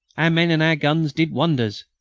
our men and our guns did wonders.